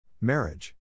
Marriage